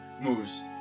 moves